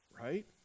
Right